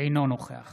אינו נוכח